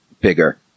bigger